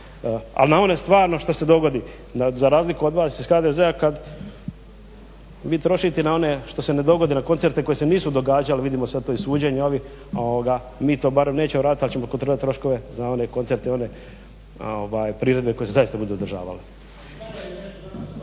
Ali na one stvarno što se dogodi. Za razliku od vas iz HDZ-a kad vi trošite i na one što se ne dogode, na koncerte koji se nisu događali, vidimo sad to iz suđenja ovih, mi to barem nećemo raditi ali ćemo kontrolirati troškove za one koncerte i one priredbe koje se zaista budu održavali.